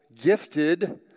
gifted